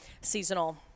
seasonal